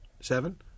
Seven